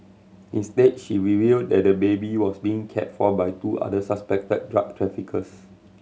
instead she revealed that the baby was being cared for by two other suspected drug traffickers